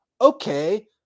Okay